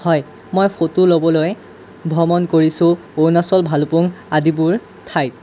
হয় মই ফটো ল'বলৈ ভ্ৰমণ কৰিছোঁ অৰুণাচল ভালুকপুং আদিবোৰ ঠাইত